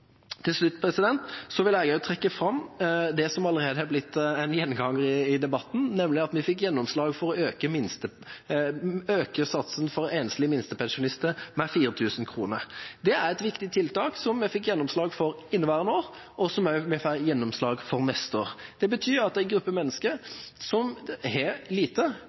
vil jeg også trekke fram det som allerede har blitt en gjenganger i debatten, nemlig at vi fikk gjennomslag for å øke satsen for enslige minstepensjonister med 4 000 kr. Det er et viktig tiltak som vi fikk gjennomslag for inneværende år, og som vi også får gjennomslag for neste år. Det betyr at en gruppe mennesker som har lite,